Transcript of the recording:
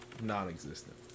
non-existent